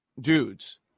dudes